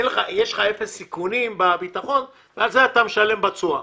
אמרת שיש לנו אפס סיכונים בביטחון ועל זה אנחנו משלמים בתשואה.